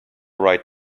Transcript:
right